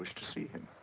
um to see him.